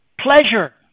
pleasure